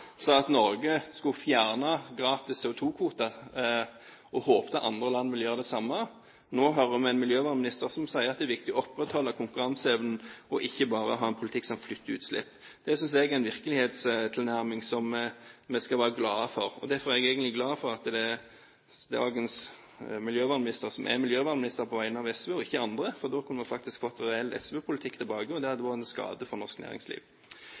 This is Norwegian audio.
at andre land ville gjøre det samme. Nå hører vi en miljøvernminister som sier at det er viktig å opprettholde konkurranseevnen og ikke bare ha en politikk som flytter utslipp. Det synes jeg er en virkelighetstilnærming som vi skal være glade for, og derfor er jeg glad for at det er dagens miljøvernminister som er miljøvernminister på vegne av SV – og ikke andre, for da kunne vi faktisk fått reell SV-politikk tilbake, og det hadde vært til skade for norsk næringsliv.